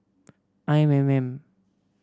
I M M